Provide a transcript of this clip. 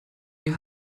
die